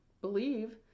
believe